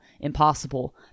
impossible